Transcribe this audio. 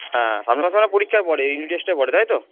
হ্যাঁ সামনের মাসে মানে পরীক্ষার পরে ইউনিট টেস্টের পরে তাই তো